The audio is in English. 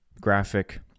graphic